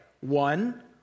One